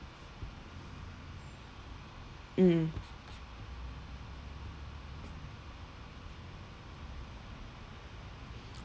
mm